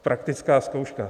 Praktická zkouška.